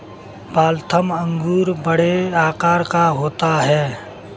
Waltham अंगूर बड़े आकार का होता है